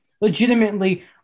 legitimately